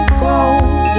gold